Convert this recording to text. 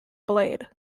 blade